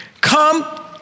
Come